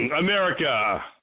America